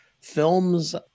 films